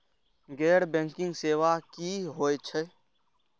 गैर बैंकिंग सेवा की होय छेय?